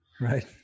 Right